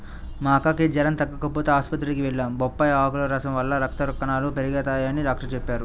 మా అక్కకి జెరం తగ్గకపోతంటే ఆస్పత్రికి వెళ్లాం, బొప్పాయ్ ఆకుల రసం వల్ల రక్త కణాలు పెరగతయ్యని డాక్టరు చెప్పారు